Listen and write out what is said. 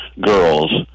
girls